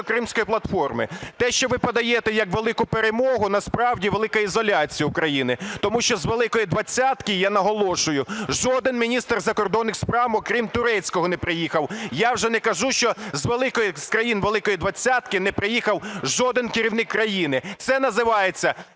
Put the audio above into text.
Кримської платформи. Те, що ви подаєте як велику перемогу, насправді велика ізоляція України. Тому що з Великої двадцятки, я наголошую, жоден міністр закордонних справ, окрім турецького, не приїхав. Я вже не кажу, що з країн Великої двадцятки не приїхав жоден керівник країни. Це називається